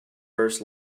first